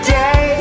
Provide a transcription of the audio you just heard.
day